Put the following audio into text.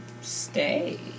stay